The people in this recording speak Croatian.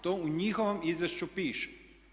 To u njihovom izvješću piše.